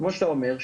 כמו שאתה אומר,